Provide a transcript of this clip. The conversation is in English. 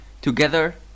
together